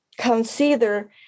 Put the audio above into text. consider